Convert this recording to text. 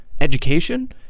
education